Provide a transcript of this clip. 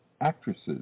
actresses